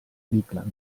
bigland